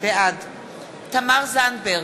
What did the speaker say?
בעד תמר זנדברג,